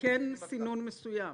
הן כן סינון מסוים,